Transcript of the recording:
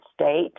state